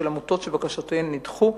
של עמותות שבקשותיהן נדחו.